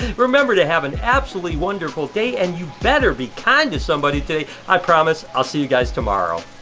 remember to have an absolutely wonderful day, and you better be kind to somebody today, i promise, i'll see you guys tomorrow.